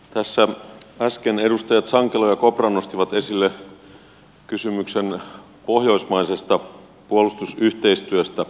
tässä äsken edustajat sankelo ja kopra nostivat esille kysymyksen pohjoismaisesta puolustusyhteistyöstä